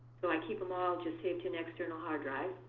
so i keep them all just saved to an external hard drive.